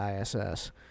ISS